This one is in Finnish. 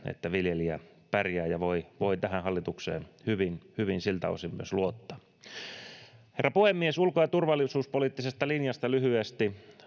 että viljelijä pärjää ja voi voi tähän hallitukseen hyvin hyvin siltä osin myös luottaa herra puhemies ulko ja turvallisuuspoliittisesta linjasta lyhyesti